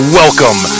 welcome